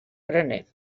graner